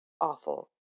awful